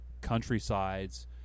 countrysides